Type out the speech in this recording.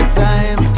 time